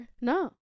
no